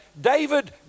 David